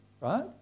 right